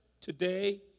Today